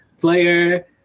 player